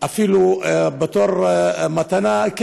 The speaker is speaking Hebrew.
כבש אפילו בתור מתנה.